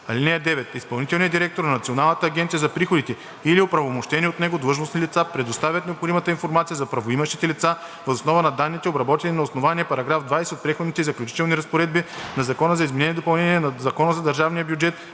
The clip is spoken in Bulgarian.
политика. (9) Изпълнителният директор на Националната агенция за приходите или оправомощени от него длъжностни лица предоставят необходимата информация за правоимащите лица въз основа на данните, обработени на основание § 20 от Преходните и заключителните разпоредби на Закона за изменение и допълнение на Закона за държавния бюджет